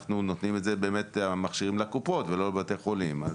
אנחנו נותנים באמת את המכשירים לקופות ולא לבתי החולים.